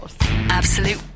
Absolute